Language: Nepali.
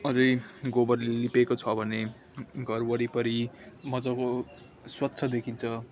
अझै गोबरले लिपेको छ भने घर वरिपरि मजाको स्वच्छ देखिन्छ